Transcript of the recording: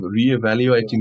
reevaluating